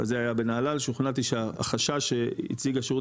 זה היה בנהלל שוכנעתי שהחשש שהציג השירות